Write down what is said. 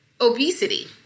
obesity